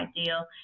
ideal